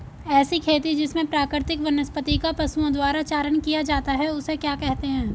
ऐसी खेती जिसमें प्राकृतिक वनस्पति का पशुओं द्वारा चारण किया जाता है उसे क्या कहते हैं?